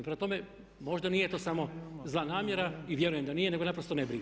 Prema tome, možda nije to samo zla namjera i vjerujem da nije, nego naprosto nebriga.